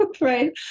Right